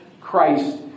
Christ